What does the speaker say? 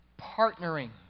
partnering